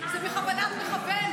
זה בכוונת מכוון.